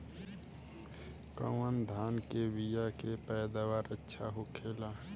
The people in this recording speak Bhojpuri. कवन धान के बीया के पैदावार अच्छा होखेला?